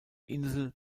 insel